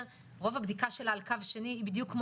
רוב הבדיקה שלה על קו שני היא בדיוק כמו